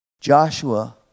Joshua